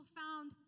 found